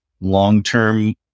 long-term